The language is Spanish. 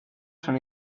son